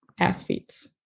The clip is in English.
athletes